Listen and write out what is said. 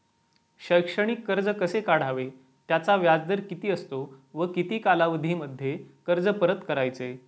शैक्षणिक कर्ज कसे काढावे? त्याचा व्याजदर किती असतो व किती कालावधीमध्ये कर्ज परत करायचे?